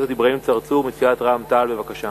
חבר הכנסת אברהים צרצור מסיעת רע"ם-תע"ל, בבקשה.